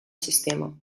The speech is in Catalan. sistema